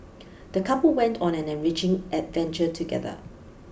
the couple went on an enriching adventure together